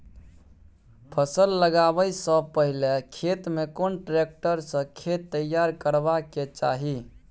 फसल लगाबै स पहिले खेत में कोन ट्रैक्टर स खेत तैयार करबा के चाही?